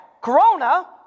corona